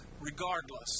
regardless